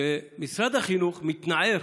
שמשרד החינוך מתנער